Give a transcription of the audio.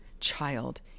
child